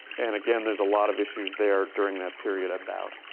and again, there's a lot of issues there during that period about